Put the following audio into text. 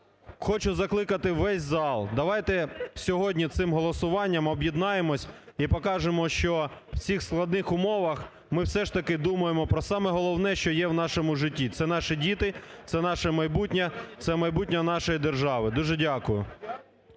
хочу закликати весь зал, давайте сьогодні цим голосуванням об'єднаємося і покажемо, що в цих складних умовах ми все ж таки думаємо про саме головне, що є в нашому житті, це наші діти, це наше майбутнє, це майбутнє нашої держави. Дуже дякую.